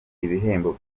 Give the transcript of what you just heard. ibihembo